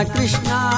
Krishna